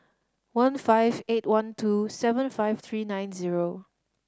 one five eight one two seven five three nine zero